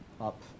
Up